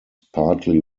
partly